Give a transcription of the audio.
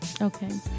Okay